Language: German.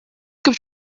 gibt